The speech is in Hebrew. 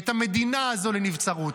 את המדינה הזאת לנבצרות,